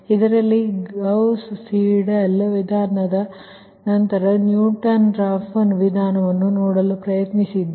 ಇದರಲ್ಲಿ ನಾವು Gauss Seidel ವಿಧಾನವನ್ನು ನಂತರ ನ್ಯೂಟನ್ ರಾಫ್ಸನ್ ವಿಧಾನವನ್ನು ನೋಡಲು ಪ್ರಯತ್ನಿಸಿದ್ದೇವೆ